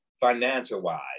financial-wise